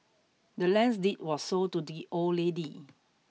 the land's deed was sold to the old lady